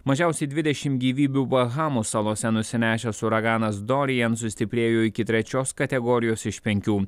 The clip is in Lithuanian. mažiausiai dvidešim gyvybių bahamų salose nusinešęs uraganas dorian sustiprėjo iki trečios kategorijos iš penkių